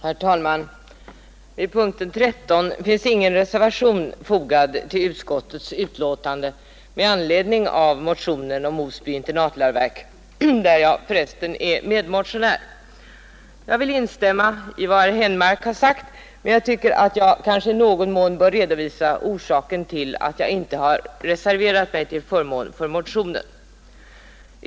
Herr talman! Vid punkten 13 i utskottets betänkande finns ingen reservation med anledning av motionen — där jag för resten är medmotionär — om Osby internatläroverk. Jag vill instämma i vad herr Henmark har sagt, men jag tycker att jag kanske i någon mån bör redovisa orsaken till att jag inte har reserverat mig till förmån för motionen.